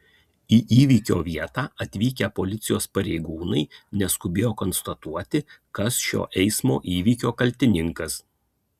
į įvykio vietą atvykę policijos pareigūnai neskubėjo konstatuoti kas šio eismo įvykio kaltininkas